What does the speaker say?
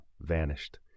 vanished